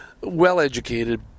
well-educated